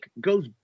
goes